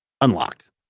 unlocked